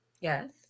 Yes